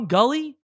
Gully